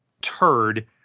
turd